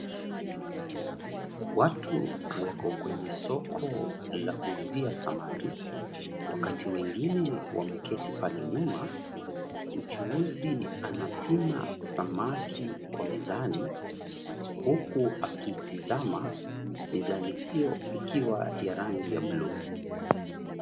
Watu wako kwenye soko la kuuzia samaki. Wakati wengine wameketi pale nyuma mchuuzi anapima samaki kwa mizani, huku akiitizama mizani hiyo ikiwa ya rangi ya bluu.